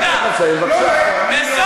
אתה כבר אחרי הזמן שלך, נתתי